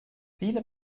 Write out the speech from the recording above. viele